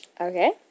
Okay